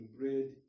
bread